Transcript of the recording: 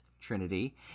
Trinity